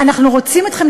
אנחנו רוצים אתכם,